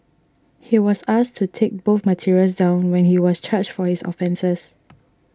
he was asked to take both materials down when he was charged for his offences